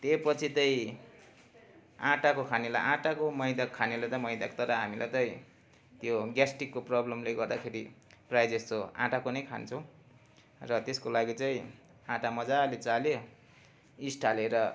त्यो पछि चाहिँ आटाको खानेलाई आटाको मैदाको खानेलाई मैदाको तर हामीलाई चाहिँ त्यो ग्यास्ट्रिकको प्रब्लमले गर्दाखेरि प्रायः जस्तो आटाको नै खान्छौँ र त्यसको लागि चाहिँ आटा मजाले चाल्यो यिस्ट हालेर